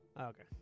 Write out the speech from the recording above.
Okay